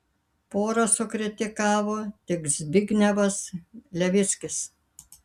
porą sukritikavo tik zbignevas levickis